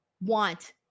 want